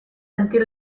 until